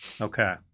Okay